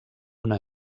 una